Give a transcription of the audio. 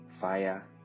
fire